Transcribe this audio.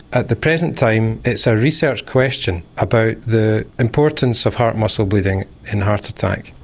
at the present time it's a research question about the importance of heart muscle bleeding and heart attack.